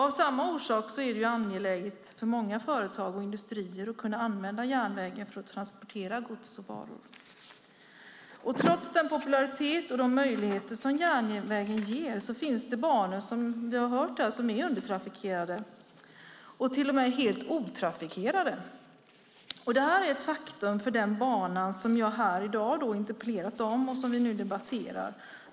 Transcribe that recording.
Av samma orsak är det angeläget för många företag och industrier att kunna använda järnvägen för att transportera gods och varor. Trots sin popularitet och de möjligheter järnvägen ger finns det banor som är undertrafikerade och till och med otrafikerade. Det är ett faktum för den bana som jag interpellerat om och som vi nu debatterar.